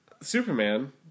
Superman